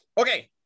Okay